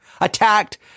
attacked